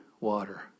water